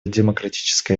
демократическая